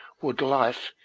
would life,